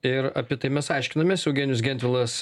ir apie tai mes aiškinamės eugenijus gentvilas